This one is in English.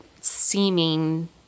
seeming